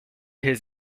his